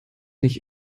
nicht